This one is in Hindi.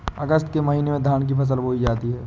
अगस्त के महीने में धान की फसल बोई जाती हैं